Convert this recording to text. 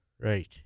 right